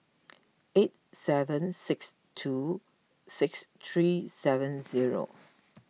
eight seven six two six three seven zero